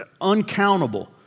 uncountable